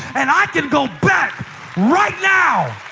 and i can go back right now.